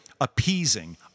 appeasing